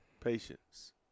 patience